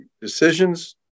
decisions